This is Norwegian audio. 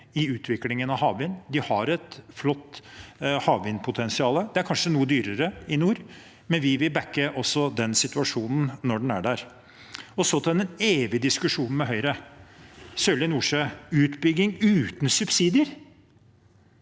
i utviklingen av havvind. De har et flott havvindpotensial. Det er kanskje noe dyrere i nord, men vi vil «backe» også den situasjonen når den er der. Så til den evige diskusjonen med Høyre om Sørlige Nordsjø og utbygging uten subsidier: